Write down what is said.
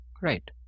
Right